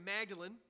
Magdalene